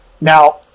Now